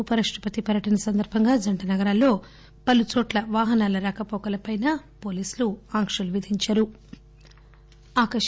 ఉప రాష్ణపతి పర్య టన సందర్భంగా జంటనగరాలలో పలుచోట్ల వాహనాల రాకపోకలపై పోలీసులు ఆంక్షలు విధించారు